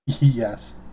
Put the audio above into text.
Yes